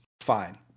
fine